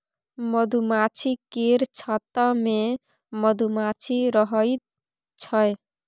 मधुमाछी केर छत्ता मे मधुमाछी रहइ छै